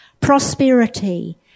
prosperity